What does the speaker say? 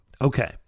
Okay